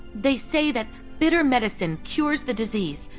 they say that bitter medicine cures the disease,